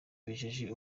bejeje